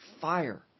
fire